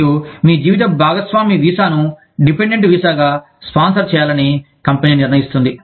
మరియు మీ జీవిత భాగస్వామి వీసాను డిపెండెంట్ వీసాగా స్పాన్సర్ చేయాలని కంపెనీ నిర్ణయిస్తుంది